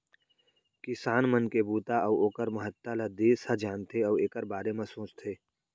किसान मन के बूता अउ ओकर महत्ता ल देस ह जानथे अउ एकर बारे म सोचथे